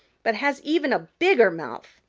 but has even a bigger mouth.